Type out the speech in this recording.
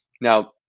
Now